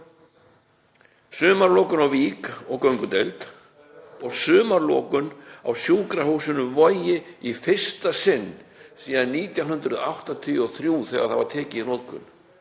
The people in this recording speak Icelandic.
„sumarlokun á Vík og göngudeild, sumarlokun á Sjúkrahúsinu Vogi í fyrsta sinn.“ — Síðan 1983 þegar það var tekið í notkun.